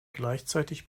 gleichzeitig